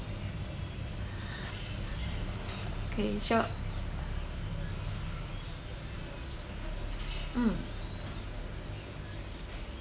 okay sure mm